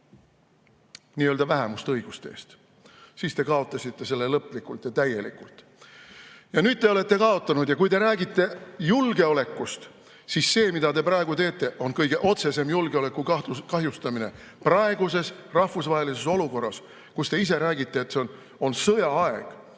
nii-öelda vähemuste õiguste eest, te kaotasite selle lõplikult ja täielikult. Nüüd te olete kaotanud. Ja kui te räägite julgeolekust, siis see, mida te praegu teete, on kõige otsesem julgeoleku kahjustamine praeguses rahvusvahelises olukorras, kus te ise räägite, et on sõjaaeg.